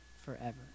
forever